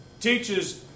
teaches